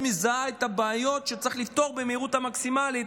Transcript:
מזהה את הבעיות שצריך לפתור במהירות המקסימלית,